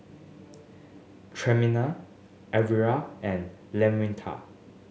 Tremaine Elvera and